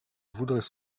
voudrais